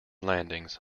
landings